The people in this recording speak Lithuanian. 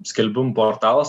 skelbimų portalas